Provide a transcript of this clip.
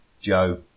Joe